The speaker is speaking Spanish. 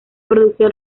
producción